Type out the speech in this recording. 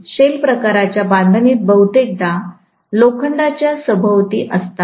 shell प्रकाराच्या बांधणीत बहुतेकदा लोखंडाच्या सभोवती असतात